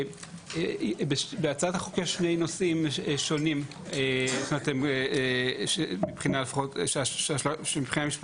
בהצעת החוק יש שני נושאים שונים מבחינת משפטית,